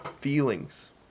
feelings